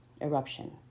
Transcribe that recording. eruption